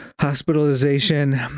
Hospitalization